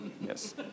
Yes